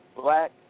black